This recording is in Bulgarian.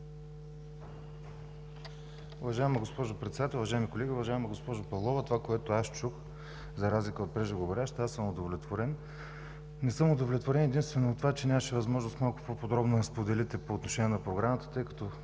Уважаема госпожо Председател, уважаеми колеги! Уважаема госпожо Павлова, от това, което чух, за разлика от преждеговорящата, аз съм удовлетворен. Не съм удовлетворен единствено от това, че нямаше възможност малко по-подробно да споделите по отношение на програмата, тъй като